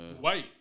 White